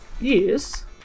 Yes